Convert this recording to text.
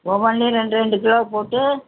ஒவ்வொன்லேயும் ரெண்டு ரெண்டு கிலோ போட்டு